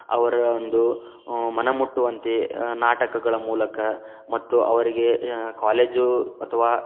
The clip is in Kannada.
ಅವರ ಒಂದು ಮನ ಮುಟ್ಟುವಂತೆ ನಾಟಕಗಳ ಮೂಲಕ ಮತ್ತು ಅವರಿಗೆ ಕಾಲೇಜು ಅಥವಾ